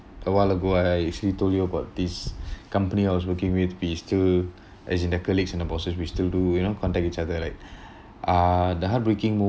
a while ago I actually told you about this company I was working with we still as in their colleagues and the bosses we still do you know contact each other like uh the heartbreaking